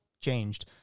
changed